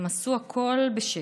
הם עשו הכול בשקט.